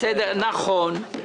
נכון.